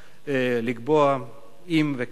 לקבוע אם וכאשר.